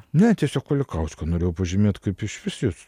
ne tiesiog kulikausku norėjau pažymėt kaip išvis jis